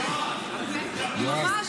ממש,